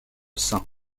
saint